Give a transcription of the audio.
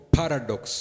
paradox